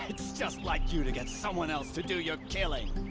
it's just like you to get someone else to do your killing!